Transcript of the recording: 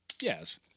yes